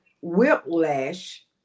whiplash